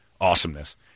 awesomeness